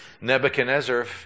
Nebuchadnezzar